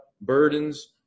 burdens